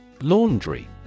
laundry